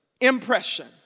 impression